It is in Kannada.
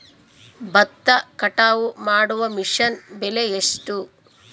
ಭತ್ತ ಕಟಾವು ಮಾಡುವ ಮಿಷನ್ ಬೆಲೆ ಎಷ್ಟು?